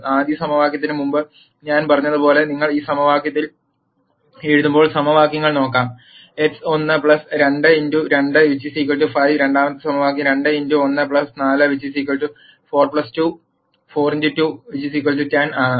ആദ്യ സമവാക്യത്തിന് മുമ്പ് ഞാൻ പറഞ്ഞതുപോലെ നിങ്ങൾ ഈ സമവാക്യങ്ങൾ എഴുതുമ്പോൾ സമവാക്യങ്ങൾ നോക്കാം x1 2x2 5 രണ്ടാമത്തെ സമവാക്യം 2x1 4 4x2 10 ആണ്